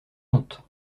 honte